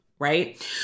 right